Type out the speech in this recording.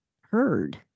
heard